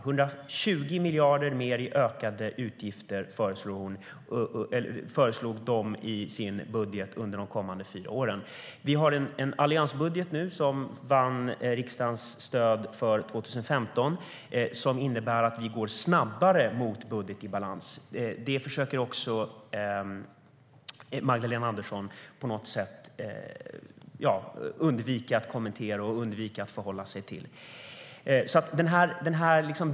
Socialdemokraterna föreslog i sin budget 120 miljarder i ökade utgifter under de kommande fyra åren. Vi har nu en alliansbudget som vann riksdagens stöd för 2015 och som innebär att vi går snabbare mot en budget i balans. Det försöker Magdalena Andersson undvika att kommentera och förhålla sig till.